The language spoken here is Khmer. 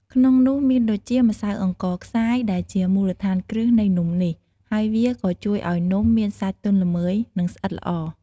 ក្នុងនោះមានដូចជា ម្សៅអង្ករខ្សាយ ដែលជាមូលដ្ឋានគ្រឹះនៃនំនេះ ហើយវាក៏ជួយឱ្យនំមានសាច់ទន់ល្មើយ និងស្វិតល្អ។